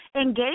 engage